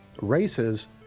races